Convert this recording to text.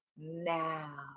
now